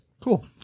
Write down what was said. cool